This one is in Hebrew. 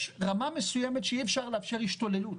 יש רמה אחרת, שאי אפשר לאפשר השתוללות,